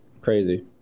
Crazy